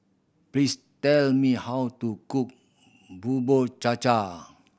please tell me how to cook Bubur Cha Cha